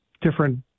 different